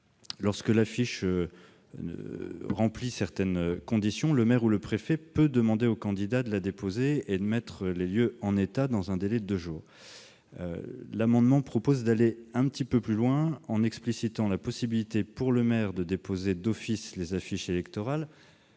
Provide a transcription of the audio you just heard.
lorsque l'affiche remplit certaines conditions, le maire ou le préfet peut demander au candidat de la déposer et de mettre les lieux en état dans un délai de deux jours. L'amendement vise à aller un petit peu plus loin, en explicitant la possibilité pour le maire de déposer d'office les affiches électorales-